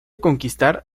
conquistar